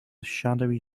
shadowy